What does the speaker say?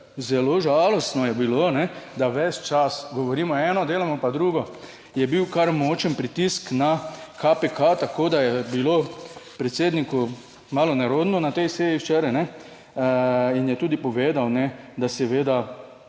zelo žalostno je bilo, da ves čas govorimo eno, delamo pa drugo. Je bil kar močen pritisk na KPK, tako da je bilo predsedniku malo nerodno na tej seji včeraj in je tudi povedal, da seveda